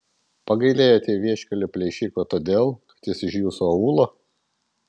pagailėjote vieškelių plėšiko todėl kad jis iš jūsų aūlo